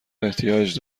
احتیاج